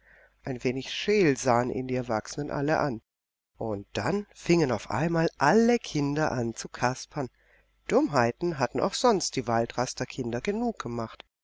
ein wenig scheel sahen ihn die erwachsenen alle an und dann fingen auf einmal alle kinder an zu kaspern dummheiten hatten auch sonst die waldraster kinder genug gemacht